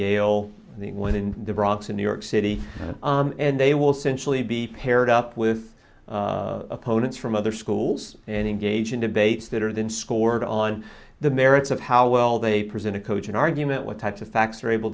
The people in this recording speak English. alle the one in the bronx in new york city and they will centrally be paired up with opponents from other schools and engage in debates that are then scored on the merits of how well they present a coaching argument what types of facts are able